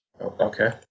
Okay